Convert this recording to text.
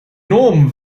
gnom